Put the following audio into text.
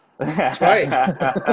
Right